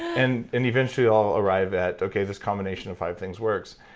and and eventually i'll arrive at, okay, this combination of five things works.